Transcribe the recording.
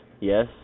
Yes